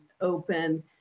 open